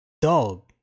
Dog